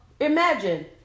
imagine